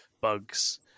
bugs